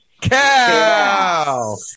cow